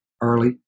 early